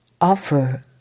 offer